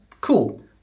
Cool